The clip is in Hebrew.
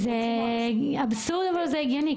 זה אבסורד אבל זה הגיוני,